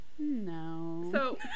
No